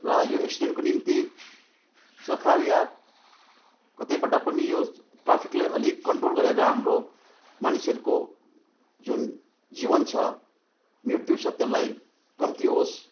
र यो एक्सिडेन्टको निम्ति सरकार या कतैबाट पनि यो ट्राफिकलाई अलिक कन्ट्रोल गरेर हाम्रो मानिसहरूको जुन जीवन छ मृत्यु छ त्यसलाई कम्ती होस्